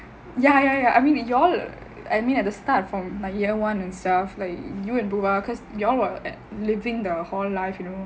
ya ya ya I mean the you all I mean at the start from my year one itself like you and dhurga because you all were living the hall life you know